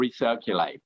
recirculate